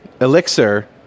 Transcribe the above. Elixir